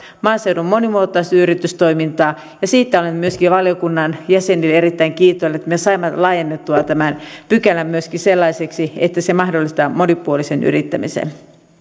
maaseudun monimuotoista yritystoimintaa siitä olen myöskin valiokunnan jäsenille erittäin kiitollinen että me saimme laajennettua tämän pykälän myöskin sellaiseksi että se mahdollistaa monipuolisen yrittämisen